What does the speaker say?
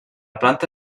planta